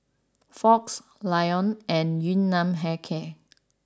Fox Lion and Yun Nam Hair Care